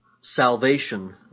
Salvation